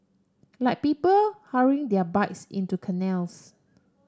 like people hurrying their bikes into canals